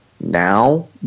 now